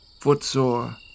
footsore